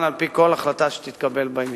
בבקשה,